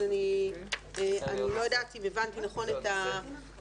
אני לא יודעת אם הבנתי נכון את הסיטואציה.